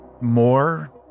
more